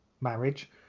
marriage